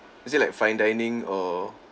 is it like fine dining or